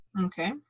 okay